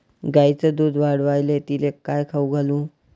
गायीचं दुध वाढवायले तिले काय खाऊ घालू?